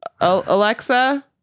Alexa